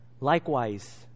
Likewise